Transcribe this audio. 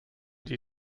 die